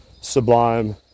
sublime